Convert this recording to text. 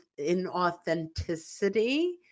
inauthenticity